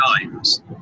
times